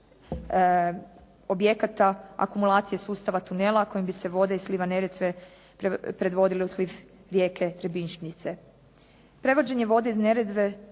objekata, akumulacije sustava tunela kojim bi se vode iz sliva Neretve predvodile u sliv rijeke Tribinjšnjice. Prevođenje vode iz Neretve